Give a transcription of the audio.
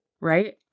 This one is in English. right